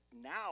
now